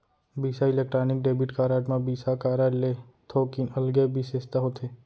बिसा Electron debit card म Visa card ले थोकिन अलगे बिसेसता होथे